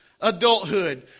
adulthood